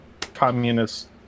communist